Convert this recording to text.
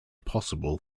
possible